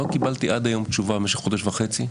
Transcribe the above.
לא קיבלתי עד היום תשובה, במשך חודש וחצי,